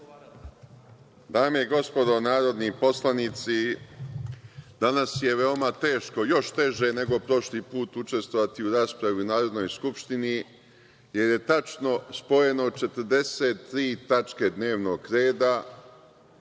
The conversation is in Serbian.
Dame i gospodo narodni poslanici, danas je veoma teško, još teže nego prošli put, učestvovati u raspravi u Narodnoj skupštini, jer je tačno spojeno 43 tačke dnevnog reda,